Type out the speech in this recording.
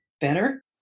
better